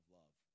love